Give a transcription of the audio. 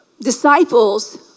disciples